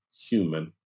human